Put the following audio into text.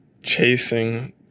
chasing